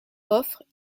offres